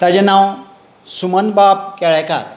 ताचें नांव सुमनबाबा केळेकार